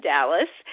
Dallas